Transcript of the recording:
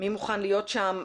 מוכן להיות שם,